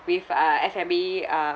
with uh F&B uh